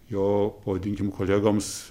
jo pavadinkim kolegoms